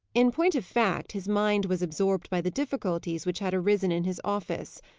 in point of fact, his mind was absorbed by the difficulties which had arisen in his office,